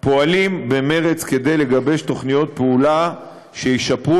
פועלים במרץ כדי לגבש תוכניות פעולה שישפרו